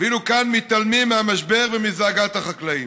ואילו כאן מתעלמים מהמשבר ומזעקת החקלאים.